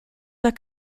der